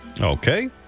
Okay